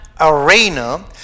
arena